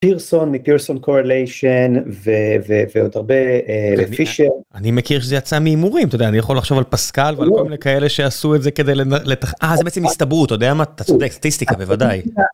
פירסון מפירסון קורליישן ועוד הרבה לפי ש... אני מכיר שזה יצא מהימורים. אתה יודע אני יכול לחשוב על פסקל ועל כל מיני כאלה שעשו את זה כדי לנה... לתכ... אהה, זה בעצם הסתברות. אתה יודע מה אתה צודק סטטיסטיקה בוודאי.